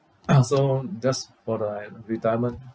so that's for the retirement